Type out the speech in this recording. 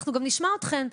אנחנו נשמע אתכן.